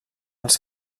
els